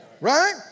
Right